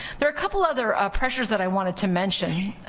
there are a couple other pressures that i wanted to mention.